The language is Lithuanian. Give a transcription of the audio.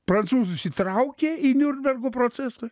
prancūzus įtraukė į niurnbergo procesą